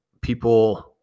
people